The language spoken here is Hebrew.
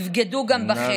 יבגוד גם בכם.